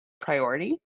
priority